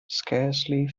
scarcely